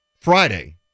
Friday